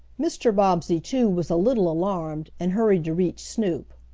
mr. bobbsey, too, was a little alarmed and hurried to reach snoop.